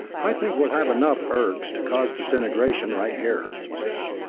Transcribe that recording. i think we'll have enough urge to cause disintegration right here, he said,